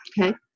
Okay